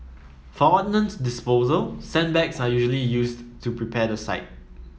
for ordnance disposal sandbags are usually used to prepare the site